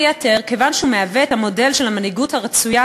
בין היתר כיוון שהוא המודל של המנהיגות הרצויה,